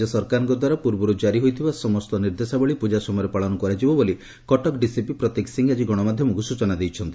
ରାକ୍ୟସରକାରଙ୍କ ଦ୍ୱାରା ପ୍ରର୍ବର୍ କାରି ହୋଇଥିବା ସମସ୍ତ ନିର୍ଦ୍ଦେଶାବଳୀ ପ୍ରଜା ସମୟରେ ପାଳନ କରାଯିବ ବୋଲି କଟକ ଡିସିପି ପ୍ରତୀକ ସିଂହ ଆକି ଗଣମାଧ୍ଘମକୁ ସୂଚନା ଦେଇଛନ୍ତି